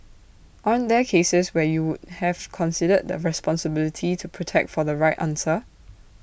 aren't there cases where you would have considered the responsibility to protect for the right answer